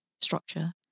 structure